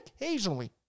occasionally